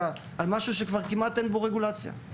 על משהו שכבר כמעט אין בו רגולציה.